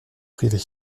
privé